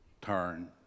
turn